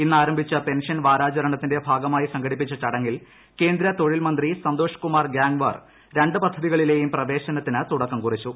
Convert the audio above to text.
ഇന്ന് ആരംഭിച്ച പെൻഷൻ വാരാചരണത്തിന്റെ ഭാഗമായി സംഘടിപ്പിച്ച ചടങ്ങിൽ കേന്ദ്ര തൊഴിൽ മന്ത്രി സന്തോഷ് കുമാർ ഗാംഗ്വാർ രണ്ട് പദ്ധതികളിലെയും പ്രവേശനത്തിനു തുടക്കം കുറിച്ചു